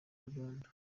uganda